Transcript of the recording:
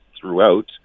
throughout